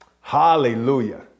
Hallelujah